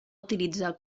utilitzar